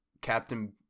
Captain